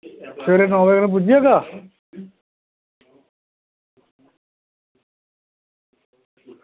सबेरै नौ कन्नै पुज्जी जाह्गा